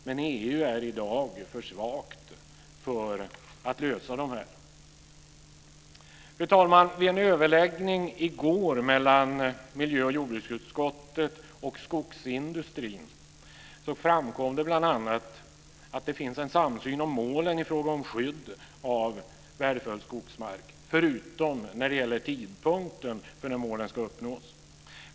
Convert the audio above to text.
Men EU är i dag för svag för att lösa dem. Fru talman! Vid en överläggning i går mellan miljö och jordbruksutskottet och skogsindustrin framkom det bl.a. att det finns en samsyn om målen i fråga om skydd av värdefull skogsmark, förutom när det gäller tidpunkten för när målen ska uppnås.